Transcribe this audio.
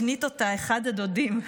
הקניט אותה אחד הדודים,